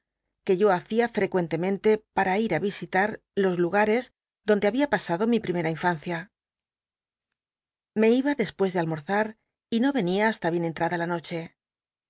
que yo hacia fi'ccuentemenlc para ir á visi tal los lugaes donde había pas hio mi j i'ílllcj a infancia lile iba clcspues de al biblioteca nacional de españa da vid copperfield morzm y no cnia hasta bien entrada la no